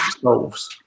solves